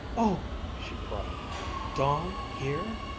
oh! she cried dawn here!